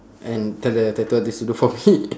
and tell the tattoo artist to do for me